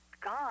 gone